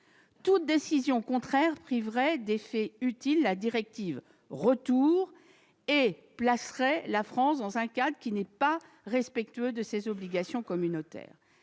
Toute décision contraire priverait d'effet utile la directive Retour et placerait la France dans un cadre qui ne respecterait pas ses obligations communautaires.